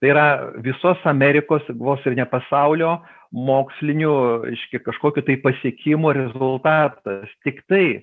tai yra visos amerikos vos ir ne pasaulio mokslinių reiškia kažkokių tai pasiekimų rezultatas tiktai